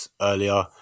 earlier